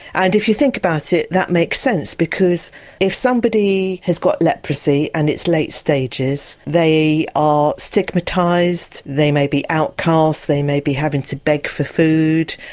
and if you think about it that makes sense because if somebody has got leprosy and its late stages they are stigmatised, they may be outcast, they may be having to beg for food,